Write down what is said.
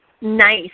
Nice